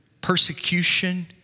persecution